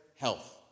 health